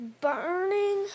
burning